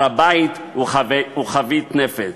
הר-הבית הוא חבית נפץ.